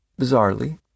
bizarrely